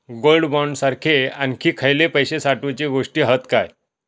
Gold bond सारखे आणखी खयले पैशे साठवूचे गोष्टी हत काय?